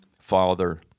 father